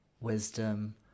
wisdom